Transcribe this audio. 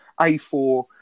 A4